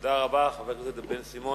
תודה רבה, חבר הכנסת בן-סימון.